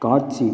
காட்சி